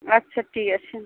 আচ্ছা ঠিক আছে